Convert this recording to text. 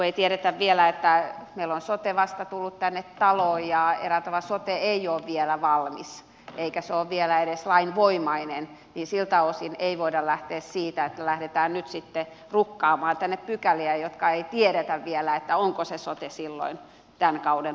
meillä on sote vasta tullut tähän taloon ja eräällä tavalla sote ei ole vielä valmis eikä se ole vielä edes lainvoimainen joten siltä osin ei voida lähteä nyt sitten rukkaamaan tänne pykäliä koska ei tiedetä vielä onko se sote tämän kauden päättyessä